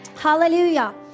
Hallelujah